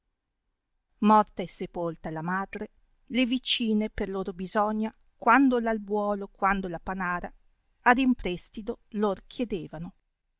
sepolta la madre le vicine per loro bisogna quando albuolo quando la panara ad imprestido lor chiedevano